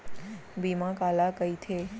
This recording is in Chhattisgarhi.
बीमा काला कइथे?